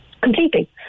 Completely